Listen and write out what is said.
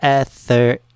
ether